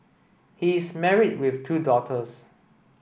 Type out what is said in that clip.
he is married with two daughters